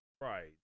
Right